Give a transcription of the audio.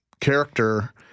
character